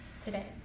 today